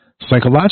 psychological